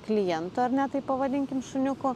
klientų ar ne taip pavadinkim šuniukų